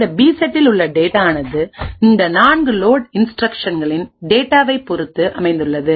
இந்த பி செட்டில் உள்ள டேட்டா ஆனது இந்த நான்கு லோட் இன்ஸ்டிரக்ஷனின் டேட்டாவை பொருத்த அமைந்துள்ளது